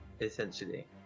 essentially